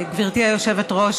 גברתי היושבת-ראש,